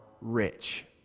rich